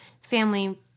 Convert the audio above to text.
Family